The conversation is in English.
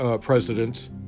president's